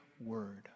word